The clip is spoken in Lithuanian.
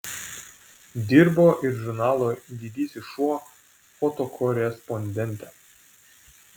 dirbo ir žurnalo didysis šuo fotokorespondente